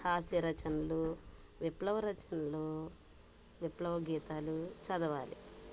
హాస్య రచనలు విప్లవ రచనలు విప్లవ గీతాలు చదవాలి